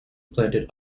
planted